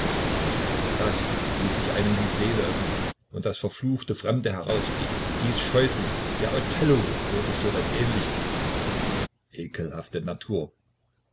das wie sich einem die seele öffnet und das verfluchte fremde herauskriecht dies scheußliche der othello und so was ähnliches ekelhafte natur